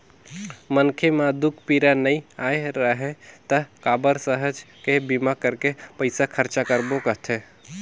मनखे म दूख पीरा नइ आय राहय त काबर सहज के बीमा करके पइसा खरचा करबो कहथे